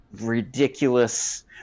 ridiculous